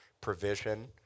provision